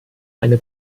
eine